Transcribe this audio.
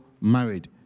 married